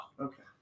Okay